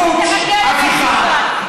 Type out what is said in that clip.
חבר הכנסת והשר אריאל,